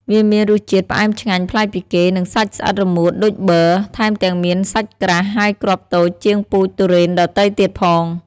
វាមានរសជាតិផ្អែមឆ្ងាញ់ប្លែកពីគេ និងសាច់ស្អិតរមួតដូចប៊័រ ថែមទាំងមានសាច់ក្រាស់ ហើយគ្រាប់តូចជាងពូជទុរេនដទៃទៀតផង។